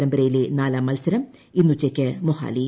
പരമ്പരയിലെ നാലാം മത്സരം ഇന്ന് ഉച്ചയ്ക്ക് മൊഹാലിയിൽ